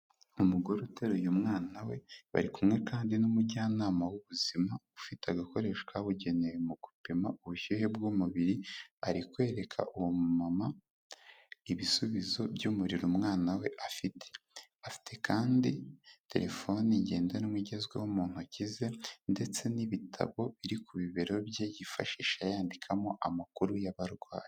Umugore uteruye umwana we, bari kumwe kandi n'umujyanama w'ubuzima, ufite agakoresho kabugenewe mu gupima ubushyuhe bw'umubiri, ari kwereka uwo mumama ibisubizo by'umuriro umwana we afite, afite kandi telefoni ngendanwa igezweho mu ntoki ze ndetse n'ibitabo biri ku bibero bye yifashisha yandikamo amakuru y'abarwayi.